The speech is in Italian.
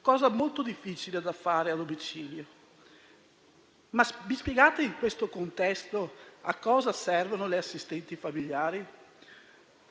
cosa molto difficile da fare a domicilio. Mi spiegate, in questo contesto, a cosa servono gli assistenti familiari?